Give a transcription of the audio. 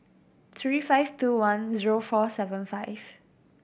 three five two one zero four seven five